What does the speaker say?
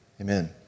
Amen